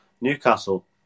Newcastle